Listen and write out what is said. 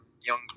young